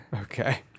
Okay